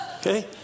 Okay